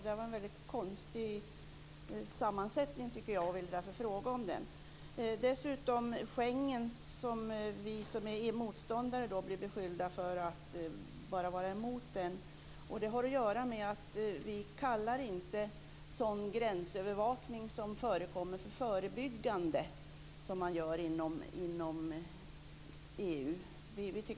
Det var en mycket konstig sammansättning, tycker jag, och vill därför fråga hur det hänger ihop. Vi som är motståndare blir beskyllda för att bara vara emot Schengen. Det har att göra med att vi inte kallar en sådan gränsövervakning som förekommer för förebyggande, som man gör inom EU.